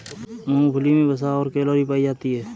मूंगफली मे वसा और कैलोरी पायी जाती है